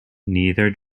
neither